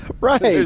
Right